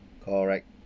alright